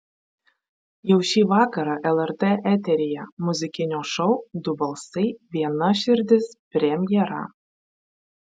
jau šį vakarą lrt eteryje muzikinio šou du balsai viena širdis premjera